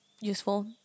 useful